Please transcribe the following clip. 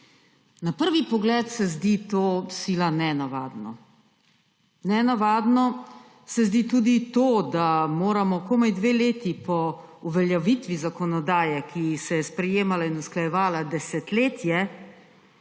Na prvi pogled se zdi to sila nenavadno. Nenavadno se zdi tudi to, da moramo komaj dve leti po uveljavitvi zakonodaje, ki se je sprejemala in usklajevala desetletje,